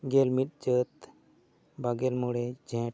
ᱜᱮᱞ ᱢᱤᱫ ᱪᱟᱹᱛ ᱵᱟᱜᱮ ᱢᱚᱬᱮ ᱡᱷᱮᱸᱴ